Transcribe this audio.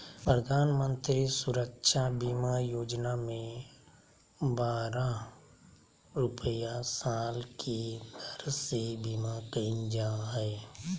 प्रधानमंत्री सुरक्षा बीमा योजना में बारह रुपया साल के दर से बीमा कईल जा हइ